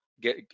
get